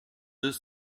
deux